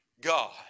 God